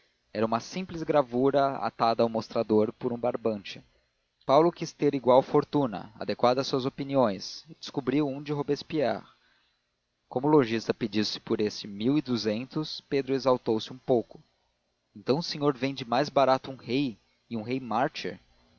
era uma simples gravura atada ao mostrador por um barbante paulo quis ter igual fortuna adequada às suas opiniões e descobriu um robespierre como o lojista pedisse por este mil e duzentos pedro exaltou se um pouco então o senhor vende mais barato um rei e um rei